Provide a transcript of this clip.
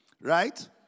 right